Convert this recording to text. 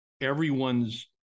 everyone's